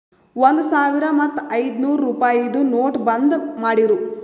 ಒಂದ್ ಸಾವಿರ ಮತ್ತ ಐಯ್ದನೂರ್ ರುಪಾಯಿದು ನೋಟ್ ಬಂದ್ ಮಾಡಿರೂ